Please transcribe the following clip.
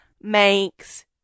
makes